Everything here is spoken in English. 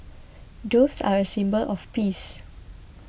doves are a symbol of peace